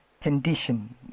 condition